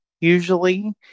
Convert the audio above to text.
usually